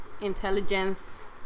intelligence